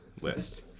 list